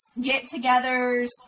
get-togethers